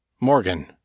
Morgan